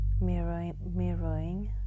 mirroring